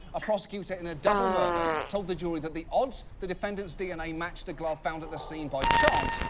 a prosecutor in a double murder told the jury that the odds, the defendant's dna match the glove found at the scene by chance,